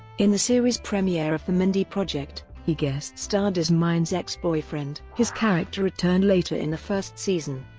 in the series premiere of the mindy project, he guest-starred as mindy's ex-boyfriend. his character returned later in the first season.